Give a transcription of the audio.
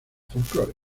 folclore